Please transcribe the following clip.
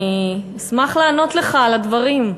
אני אשמח לענות לך על הדברים.